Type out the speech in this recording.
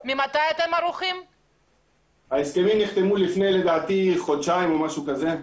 לדעתי ההסכמים נחתמו לפני חודשיים או משהו כזה.